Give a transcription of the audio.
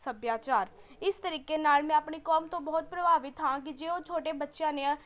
ਸੱਭਿਆਚਾਰ ਇਸ ਤਰੀਕੇ ਨਾਲ ਮੈਂ ਆਪਣੀ ਕੌਮ ਤੋਂ ਬਹੁਤ ਪ੍ਰਭਾਵਿਤ ਹਾਂ ਕਿ ਜੇ ਉਹ ਛੋਟੇ ਬੱਚਿਆਂ ਨੇ